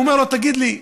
הוא אומר לו: תגיד לי,